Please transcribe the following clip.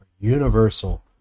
universal